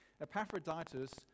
Epaphroditus